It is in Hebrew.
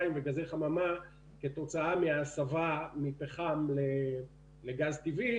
וגז חממה כתוצאה מההסבה מפחם לגז טבעי,